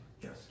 yes